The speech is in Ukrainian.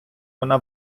вона